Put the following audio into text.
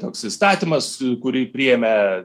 toks įstatymas kurį priėmė